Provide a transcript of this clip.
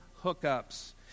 hookups